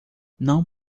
não